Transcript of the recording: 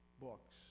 books